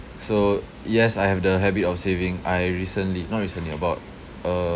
so yes I have the habit of saving I recently not recently about a~